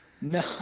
no